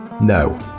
no